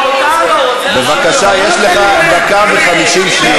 בבקשה, יש לך דקה ו-50 שניות.